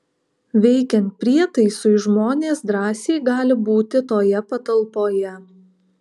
veikiant prietaisui žmonės drąsiai gali būti toje patalpoje